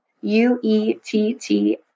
U-E-T-T